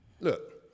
Look